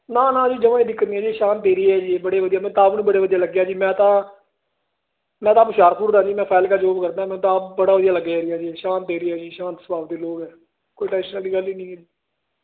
ਨਾ ਨਾ ਜੀ ਜਮ੍ਹਾ ਦਿਕੱਤ ਨਹੀਂ ਹੈ ਸ਼ਾਂਤ ਏਰੀਆ ਹੈ ਜੀ ਬੜੇ ਵਧੀਆ ਮੈਨੂੰ ਆਪ ਨੂੰ ਬੜੇ ਵਧੀਆ ਲੱਗਿਆ ਜੀ ਮੈਂ ਤਾਂ ਮੈਂ ਤਾਂ ਹੁਸ਼ਿਆਰਪੁਰ ਦਾ ਨਹੀਂ ਮੈਂ ਫਾਜਿਕਲਾ ਜੋਬ ਕਰਦਾ ਮੈਨੂੰ ਤਾਂ ਬੜਾ ਵਧੀਆ ਲੱਗਿਆ ਏਰੀਆ ਜੀ ਸ਼ਾਤ ਏਰੀਆ ਆ ਜੀ ਸ਼ਾਂਤ ਸੁਭਾਅ ਵਾਲੇ ਲੋਕ ਹੈ ਜੀ ਕੋਈ ਟੈਂਸ਼ਨ ਦੀ ਗੱਲ ਹੀ ਨਹੀਂ ਹੈ